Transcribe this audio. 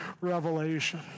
Revelation